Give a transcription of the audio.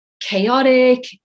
chaotic